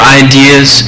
ideas